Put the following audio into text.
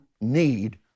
need